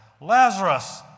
Lazarus